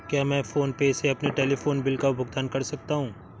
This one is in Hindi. क्या मैं फोन पे से अपने टेलीफोन बिल का भुगतान कर सकता हूँ?